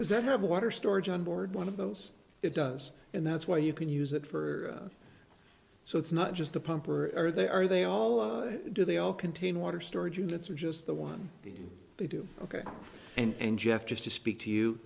does that have water storage onboard one of those it does and that's why you can use it for so it's not just the pump or are they are they all do they all contain water storage units or just the one they do ok and jeff just to speak to you